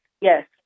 Yes